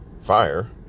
fire